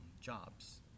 jobs